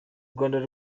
rwanda